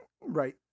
Right